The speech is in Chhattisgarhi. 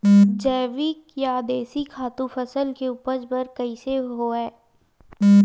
जैविक या देशी खातु फसल के उपज बर कइसे होहय?